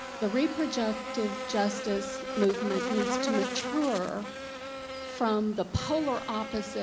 the reproductive justice movement needs to mature from the polar opposite